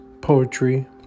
poetry